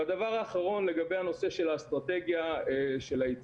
והדבר האחרון לגבי הנושא של אסטרטגיית היציאה.